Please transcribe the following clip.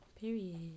Period